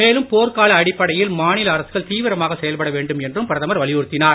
மேலும் போர்க்கால அடிப்படையில் மாநில அரசுகள் தீவிரமாக செயல்பட வேண்டும் என்றும் பிரதமர் வலியுறுத்தினார்